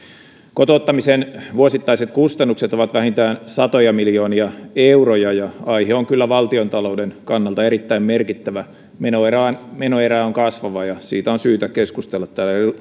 kotouttamisen vuosittaiset kustannukset ovat vähintään satoja miljoonia euroja ja aihe on kyllä valtiontalouden kannalta erittäin merkittävä menoerä on kasvava ja siitä on syytä keskustella